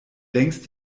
längst